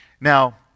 now